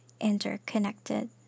interconnected